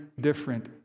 different